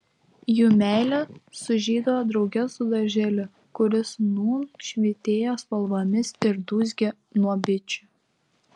jų meilė sužydo drauge su darželiu kuris nūn švytėjo spalvomis ir dūzgė nuo bičių